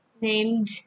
named